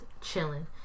Chilling